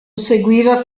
seguiva